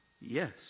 yes